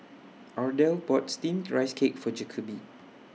Ardell bought Steamed Rice Cake For Jacoby